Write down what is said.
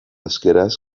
euskaraz